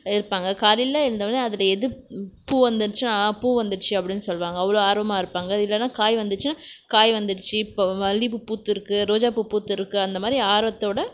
இருப்பாங்க காலையில் எழுந்தோடன்னே அதில் எதும் பூ வந்துச்சுனா பூ வந்துடுச்சி அப்பிடின்னு சொல்வாங்க அவ்வளோ ஆர்வமாக இருப்பாங்க இல்லைனா காய் வந்துடுச்சினா காய் வந்துடுச்சி இப்போ மல்லிப்பூ பூத்திருக்கு ரோஜாப்பூ பூத்திருக்கு அந்தமாதிரி ஆர்வத்தோடு